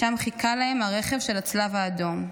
ושם חיכה להן הרכב של הצלב האדום.